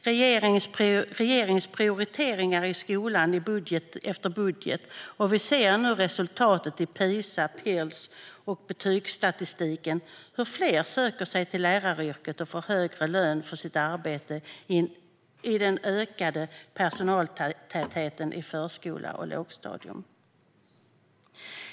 Regeringen har prioriterat skolan i budget efter budget, och vi ser nu resultaten i PISA, Pirls och i betygsstatistiken. Vi ser också hur fler söker sig till läraryrket och får högre lön för sitt arbete och en ökad personaltäthet i förskola och lågstadium.